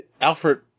Alfred